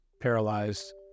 paralyzed